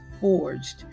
forged